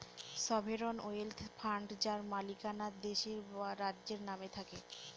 sovereign wealth fund যার মালিকানা দেশের বা রাজ্যের নামে থাকে